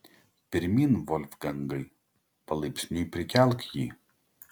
pirmyn volfgangai palaipsniui prikelk jį